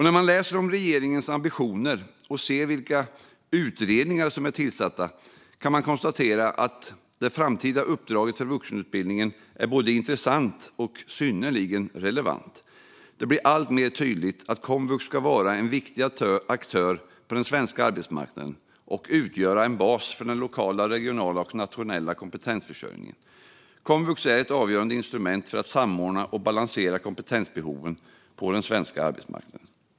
När man läser om regeringens ambitioner och ser vilka utredningar som är tillsatta kan man konstatera att det framtida uppdraget för vuxenutbildningen är både intressant och synnerligen relevant. Det blir alltmer tydligt att komvux ska vara en viktig aktör på den svenska arbetsmarknaden och utgöra en bas för den lokala, regionala och nationella kompetensförsörjningen. Komvux är ett avgörande instrument för att samordna och balansera kompetensbehoven på den svenska arbetsmarknaden.